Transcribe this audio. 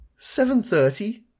7.30